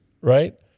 right